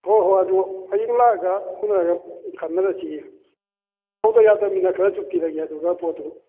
ꯍꯣꯏ ꯍꯣꯏ ꯑꯗꯨ ꯍꯌꯦꯡ ꯂꯥꯛꯑꯒ ꯎꯟꯅꯔꯒ ꯈꯟꯅꯔꯁꯤ ꯇꯧꯗ ꯌꯥꯗꯃꯤꯅ ꯈꯔꯁꯨ ꯄꯤꯔꯒꯦ ꯑꯗꯨꯒ ꯄꯣꯠꯇꯨ